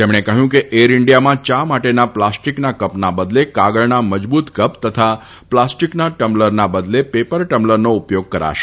તેમણે કહ્યું કે એર ઇન્ડિયામાં યા માટેના પ્લાસ્ટીકના કપના બદલે કાગળના મજબૂત કપ તથા પ્લાસ્ટીકના ટમ્બલરના બદલે પેપર ટમ્બલરનો ઉપયોગ કરાશે